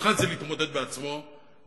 האחד זה להתמודד בעצמו,